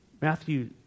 Matthew